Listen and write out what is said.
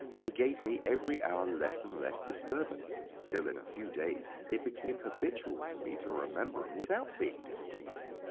they gave me every hour less and less disturbance, till in a few days it became habitual to me to remember em without being displeased.